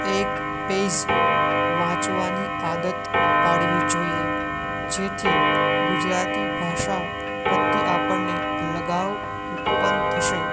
એક પેજ વાંચવાની આદત પાડવી જોઈએ જેથી ગુજરાતી ભાષા પ્રત્યે આપણને લગાવ ઉત્પન્ન થશે